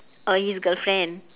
oh his girlfriend